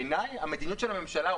בעיניי המדיניות של הממשלה,